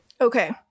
okay